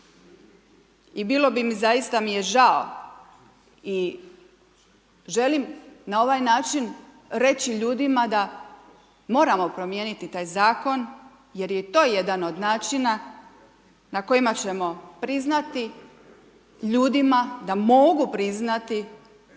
I bilo bi mi, zaista mi je žao i želim na ovaj način reći ljudima da moramo promijeniti taj zakon jer je to jedan od načina na kojima ćemo priznati ljudima da mogu priznati